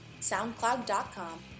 SoundCloud.com